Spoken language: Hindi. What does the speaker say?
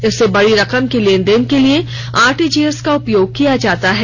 इससे बड़ी रकम की लेने देन के लिए आरटीजीएस का उपयोग किया जाता है